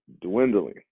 dwindling